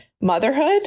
motherhood